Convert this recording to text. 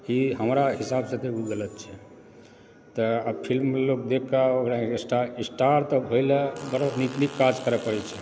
ई हमरा हिसाबसंँ तऽ गलत छै तऽ आ फिल्म लोक देखिकऽ ओकरा स्टार स्टार तऽ होइला बड़ा नीक नीक काज करऽ पड़ै छै